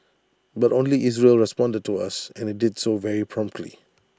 but only Israel responded to us and IT did so very promptly